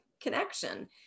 connection